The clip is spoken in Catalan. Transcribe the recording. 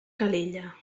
calella